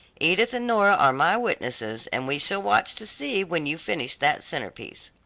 edith and nora are my witnesses, and we shall watch to see when you finish that centrepiece.